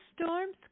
storms